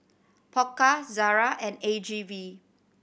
Pokka Zara and A G V